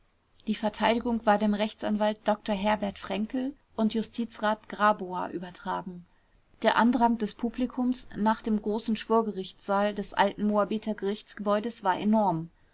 die verteidigung war dem rechtsanwalt dr herbert fränkel und justizrat grabower übertragen der andrang des publikums nach dem großen schwurgerichtssaal des alten moabiter gerichtsgebäudes war enorm